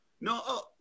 No